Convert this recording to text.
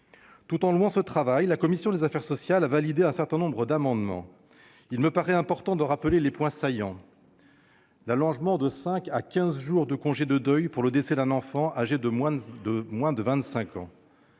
Tout en louant ce travail, la commission des affaires sociales a adopté un certain nombre d'amendements. Il me paraît important d'en rappeler les points saillants : l'allongement de cinq à quinze jours du congé de deuil pour le décès d'un enfant âgé de moins de 25 ans-